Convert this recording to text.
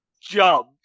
jump